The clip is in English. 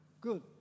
Good